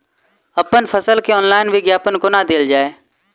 अप्पन फसल केँ ऑनलाइन विज्ञापन कोना देल जाए?